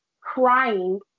crying